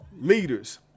leaders